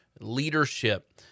leadership